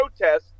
protests